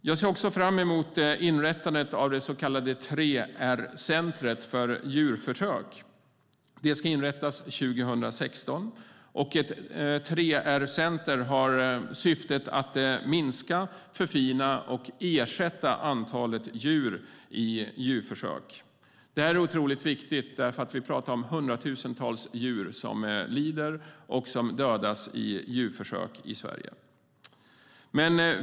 Jag ser också fram emot inrättandet av ett så kallat 3R-center för djurförsök 2016. Syftet med centret är att minska, förfina och ersätta djurförsök. Detta är otroligt viktigt, för vi talar om hundratusentals djur som lider och dödas i djurförsök i Sverige.